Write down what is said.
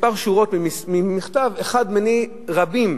כמה שורות ממכתב אחד מני רבים